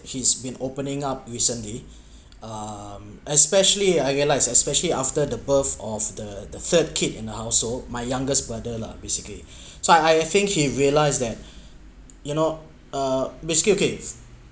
he's been opening up recently um especially I realise especially after the birth of the the third kid in a household my youngest brother lah basically so I I think he realize that you know uh basically okay